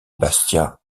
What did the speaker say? bastia